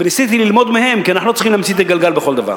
וניסיתי ללמוד מהם כי אנחנו לא צריכים להמציא את הגלגל בכל דבר.